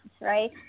right